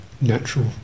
natural